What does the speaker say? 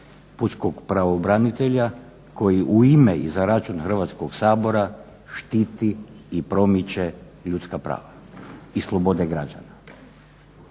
pučkog pravobranitelja koji u ime i za račun Hrvatskog sabora štiti i promiče ljudska prava i slobode građana?